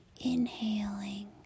inhaling